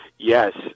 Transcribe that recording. Yes